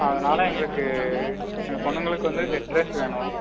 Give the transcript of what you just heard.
அதனால் எங்களுக்கு அந்த பொண்ணுங்களுக்கு வந்து செட் ட்ரெஸ் வேணும்